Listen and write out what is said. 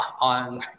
on